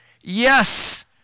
Yes